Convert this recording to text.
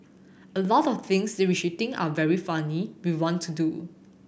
a lot of things they which we think are very funny we want to do